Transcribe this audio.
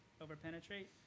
over-penetrate